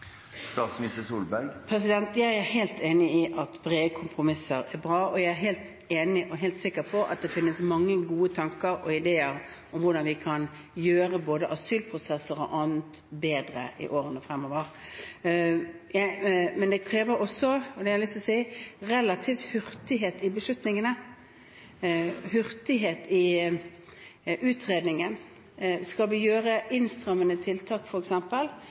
Jeg er helt enig i at brede kompromisser er bra, og jeg er helt sikker på at det finnes mange gode tanker og ideer om hvordan vi kan gjøre både asylprosesser og annet bedre i årene fremover. Men det krever også – det har jeg lyst til å si – relativ hurtighet i beslutningene, hurtighet i utredningen. Skal vi gjøre innstrammende tiltak,